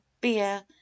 beer